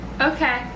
Okay